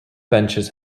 benches